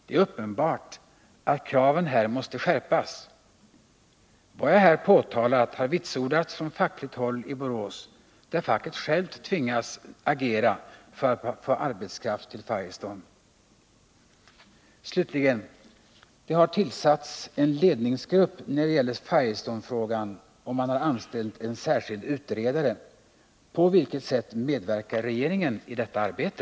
Det är uppenbart att kraven här måste skärpas. Vad jag här påtalat har vitsordats från fackligt håll i Borås, där facket självt tvingats agera för att få arbetskraft till Firestone. Slutligen: Det har tillsatts en ledningsgrupp när det gäller Firestonefrågan, och man har anställt en särskild utredare. På vilket sätt medverkar regeringen i detta arbete?